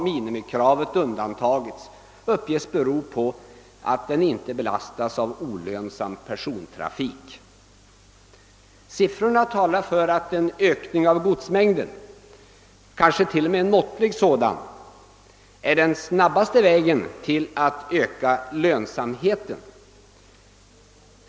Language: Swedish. minimikravet, undantagits uppges vara att den inte belastas av olönsam persontrafik. Siffrorna talar för att en ökning av godsmängden, kanske t.o.m. en måttlig sådan, är det snabbaste sättet att höja lönsamheten.